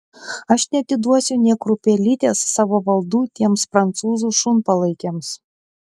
aš neatiduosiu nė kruopelytės savo valdų tiems prancūzų šunpalaikiams